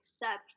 accept